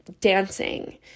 dancing